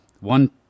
one